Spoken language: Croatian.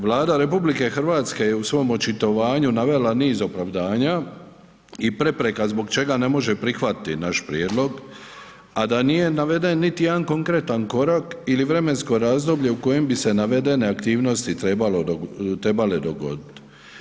Vlada RH je u svom očitovanju navela niz opravdanja i prepreka zbog čega ne može prihvatiti naš prijedlog, a da nije naveden niti jedan konkretan korak ili vremensko razdoblje u kojem bi se navedene aktivnosti trebale dogoditi.